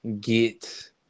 get